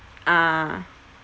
ah